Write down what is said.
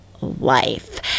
life